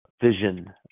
Vision